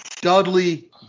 Dudley